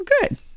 Good